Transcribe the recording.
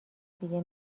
دیگه